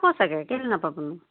পাব চাগে কেলে নাপাব নো